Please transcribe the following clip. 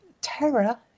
Terror